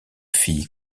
fille